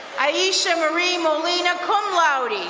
ayesha marie molina, cum laude.